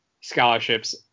scholarships